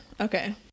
okay